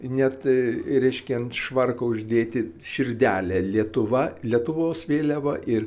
net reiškia ant švarko uždėti širdelę lietuva lietuvos vėliava ir